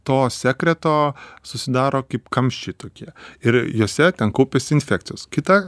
to sekreto susidaro kaip kamščiai tokie ir juose ten kaupiasi infekcijos kita